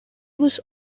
was